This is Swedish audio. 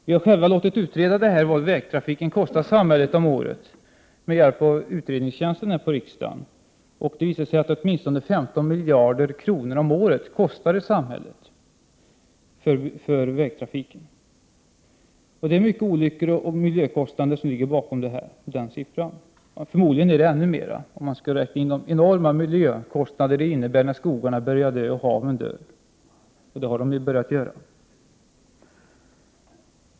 Vi har själva låtit riksdagens utredningstjänst utreda vad vägtrafiken kostar samhället per år, och det visade sig att den kostar åtminstone 15 miljarder kronor om året. Det är mycket olyckor och miljökostnader som ligger bakom den siffran. Förmodligen är den ännu större, om man skall räkna in de enorma miljökostnader som det innebär när skogarna börjar dö och haven dör — det har de ju redan börjat göra.